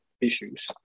issues